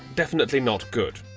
definitely not good.